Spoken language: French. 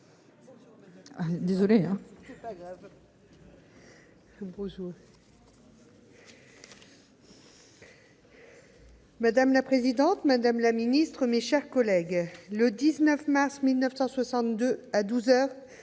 Madame la présidente, madame la ministre, mes chers collègues, le 19 mars 1962 à midi,